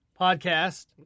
podcast